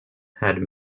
had